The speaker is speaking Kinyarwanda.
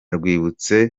rwibutso